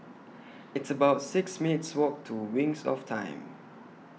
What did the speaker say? It's about six minutes' Walk to Wings of Time